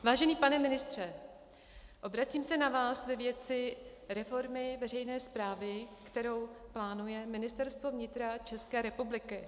Vážený pane ministře, obracím se na vás ve věci reformy veřejné správy, kterou plánuje Ministerstvo vnitra České republiky.